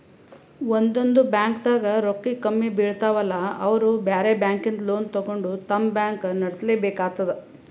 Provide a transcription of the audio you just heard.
ಒಂದೊಂದ್ ಬ್ಯಾಂಕ್ದಾಗ್ ರೊಕ್ಕ ಕಮ್ಮಿ ಬೀಳ್ತಾವಲಾ ಅವ್ರ್ ಬ್ಯಾರೆ ಬ್ಯಾಂಕಿಂದ್ ಲೋನ್ ತಗೊಂಡ್ ತಮ್ ಬ್ಯಾಂಕ್ ನಡ್ಸಲೆಬೇಕಾತದ್